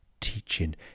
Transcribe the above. teaching